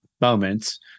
moments